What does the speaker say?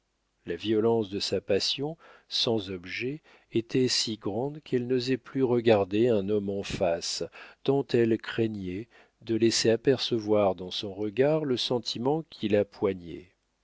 la violence de sa passion sans objet était si grande qu'elle n'osait plus regarder un homme en face tant elle craignait de laisser apercevoir dans son regard le sentiment qui la